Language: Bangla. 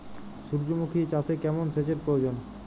সূর্যমুখি চাষে কেমন সেচের প্রয়োজন?